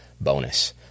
bonus